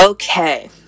Okay